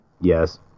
yes